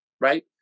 right